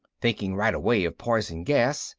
thinking right away of poison gas,